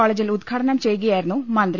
കോളജിൽ ഉദ്ഘാടനം ചെയ്യു കയായിരുന്നു മന്ത്രി